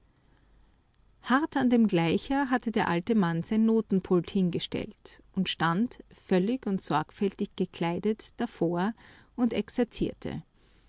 hart an dem gleicher hatte der alte mann sein notenpult hingestellt und stand völlig und sorgfältig gekleidet davor und exerzierte